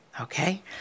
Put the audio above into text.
okay